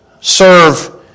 serve